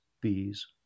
bees